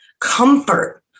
Comfort